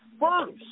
first